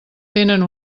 tenen